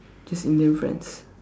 just Indian friends